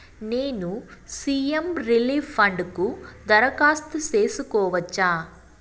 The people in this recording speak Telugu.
నేను సి.ఎం రిలీఫ్ ఫండ్ కు దరఖాస్తు సేసుకోవచ్చా?